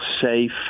safe